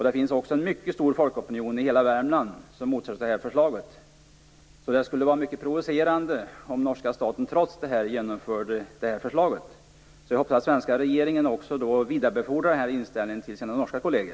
Det finns också en mycket stor folkopinion i hela Värmland som motsätter sig det här förslaget. Det skulle därför vara mycket provocerande om norska staten, trots detta, genomför det här förslaget. Jag hoppas att den svenska regeringen vidarebefordrar den här inställningen till sina norska kolleger.